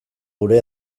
gure